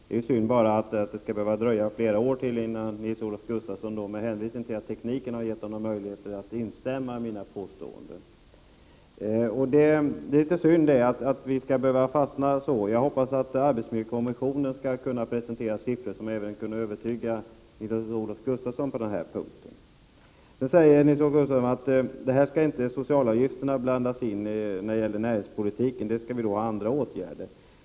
Det är bara synd att det skall behöva dröja flera år till innan Nils-Olof Gustafsson, med hänvisning till att tekniken gett honom möjligheter till det, kan instämma i mina påståenden. Det är synd att vi skall behöva fastna så här. Jag hoppas att arbetsmiljökommissionen skall kunna presentera siffror som kan övertyga även Nils-Olof Gustafsson på denna punkt. Sedan säger Nils-Olof Gustafsson att socialavgifterna inte skall blandas in när vi talar om näringspolitiken, utan där skall vi använda andra åtgärder.